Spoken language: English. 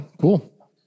Cool